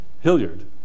Hilliard